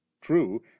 True